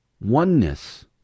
Oneness